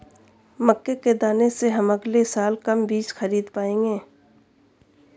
मक्के के दाने से हम अगले साल कम बीज खरीद पाएंगे